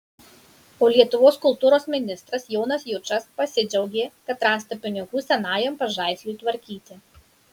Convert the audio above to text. o lietuvos kultūros ministras jonas jučas pasidžiaugė kad rasta pinigų senajam pažaisliui tvarkyti